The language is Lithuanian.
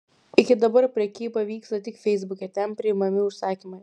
iki dabar prekyba vyksta tik feisbuke ten priimami užsakymai